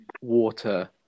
water